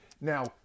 Now